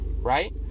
right